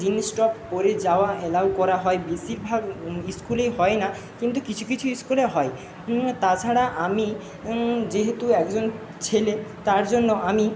jeans top পরে যাওয়া allow করা হয় বেশিরভাগ স্কুলেই হয় না কিন্তু কিছু কিছু স্কুলে হয় তাছাড়া আমি যেহেতু একজন ছেলে তার জন্য আমি